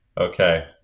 Okay